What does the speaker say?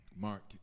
Mark